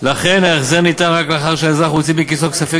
ולכן ההחזר ניתן רק לאחר שהאזרח הוציא מכיסו כספים